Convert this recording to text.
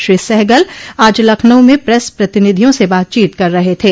श्री सहगल आज लखनऊ में प्रेस प्रतिनिधियों से बातचीत कर रहे थे